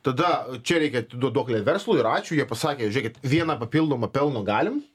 tada čia reikia atiduot duoklę verslui ir ačiū jie pasakė žėkit vieną papildomą pelno galim